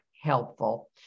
helpful